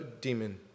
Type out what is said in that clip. Demon